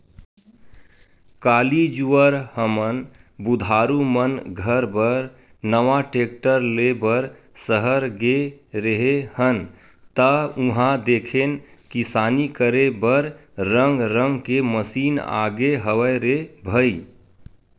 काली जुवर हमन बुधारु मन घर बर नवा टेक्टर ले बर सहर गे रेहे हन ता उहां देखेन किसानी करे बर रंग रंग के मसीन आगे हवय रे भई